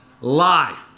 lie